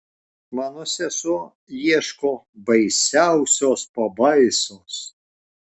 mano sesuo ieško baisiausios pabaisos